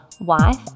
wife